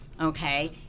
Okay